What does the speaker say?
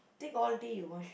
take all day you want